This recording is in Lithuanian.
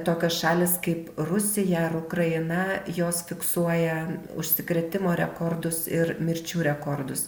tokios šalys kaip rusija ar ukraina jos fiksuoja užsikrėtimo rekordus ir mirčių rekordus